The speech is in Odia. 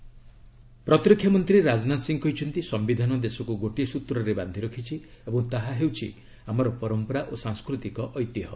ରାଜନାଥ କନ୍ଷ୍ଟିଚ୍ୟୁସନ୍ ପ୍ରତିରକ୍ଷା ମନ୍ତ୍ରୀ ରାଜନାଥ ସିଂହ କହିଛନ୍ତି ସମ୍ଭିଧାନ ଦେଶକୁ ଗୋଟିଏ ସ୍ବତ୍ରରେ ବାନ୍ଧି ରଖିଛି ଏବଂ ତାହା ହେଉଛି ଆମର ପରମ୍ପରା ଓ ସାଂସ୍କୃତିକ ଐତିହ୍ୟ